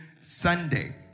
Sunday